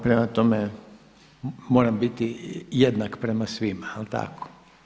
Prema tome moram biti jednak prema svima, jel tako.